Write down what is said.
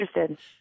interested